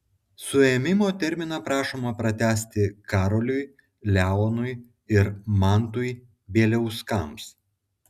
suėmimo terminą prašoma pratęsti karoliui leonui ir mantui bieliauskams